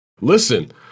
Listen